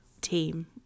team